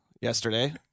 yesterday